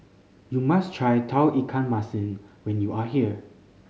you must try Tauge Ikan Masin when you are here